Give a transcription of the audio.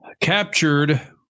captured